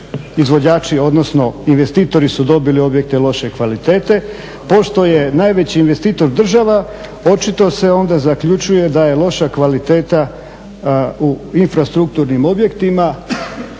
izvođači odnosno investitori su dobili objekte loše kvalitete. Pošto je najveći investitor država očito se onda zaključuje da je loša kvaliteta u infrastrukturnim objektima,